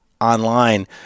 online